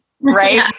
right